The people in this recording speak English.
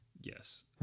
Yes